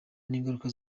n’ingaruka